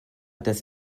das